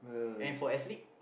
and for S-League